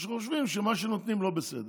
בגלל שאנחנו חושבים שמה שנותנים לא בסדר.